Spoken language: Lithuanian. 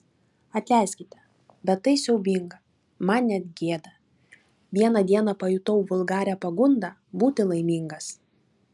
atleiskite bet tai siaubinga man net gėda vieną dieną pajutau vulgarią pagundą būti laimingas